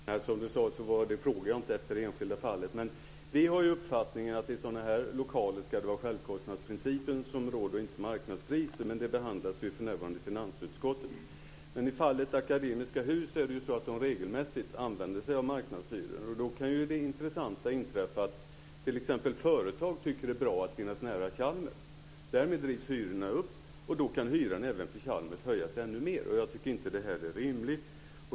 Fru talman! Som finansministern sade frågade jag inte efter det enskilda fallet. Vi har den uppfattningen att i sådana här lokaler ska det vara självkostnadsprincipen som råder och inte marknadspriser, men det behandlas ju för närvarande i finansutskottet. Men i fallet med Akademiska Hus är det ju så att de regelmässigt använder sig av marknadshyror. Då kan ju det intressanta inträffa att t.ex. företag tycker att det är bra att finnas nära Chalmers. Därmed drivs hyrorna upp, och då kan även hyran för Chalmers höjas ännu mer. Jag tycker inte att det är rimligt.